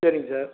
சரிங்க சார்